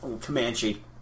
Comanche